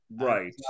Right